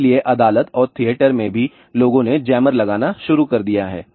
इसलिए अदालत और थिएटर में भी लोगों ने जैमर लगाना शुरू कर दिया है